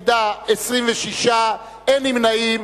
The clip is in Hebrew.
בעד, 41, נגד, 26, אין נמנעים.